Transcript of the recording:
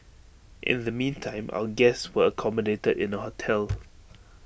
in the meantime our guests were accommodated in A hotel